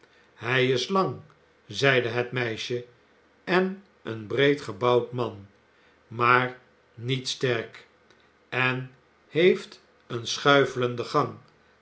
hij is lang zeide het meisje en een breed gebouwd man maar niet sterk en heeft een schuif elenden gang